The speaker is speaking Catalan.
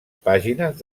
pàgines